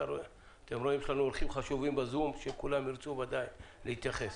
יש לנו אורחים חשובים בזום שכולם ודאי ירצו להתייחס.